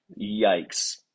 Yikes